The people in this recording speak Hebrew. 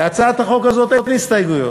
להצעת החוק הזאת אין הסתייגויות,